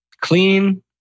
Clean